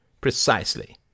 precisely